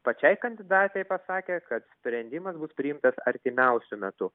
pačiai kandidatei pasakė kad sprendimas bus priimtas artimiausiu metu